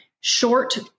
short